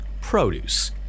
produce